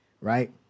right